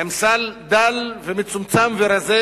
עם סל דל ומצומצם ורזה,